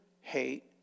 hate